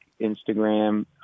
instagram